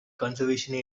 conservation